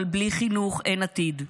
אבל בלי חינוך אין עתיד,